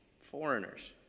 foreigners